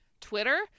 twitter